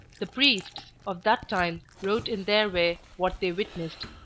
the priests of that time wrote in their way what they witnessed,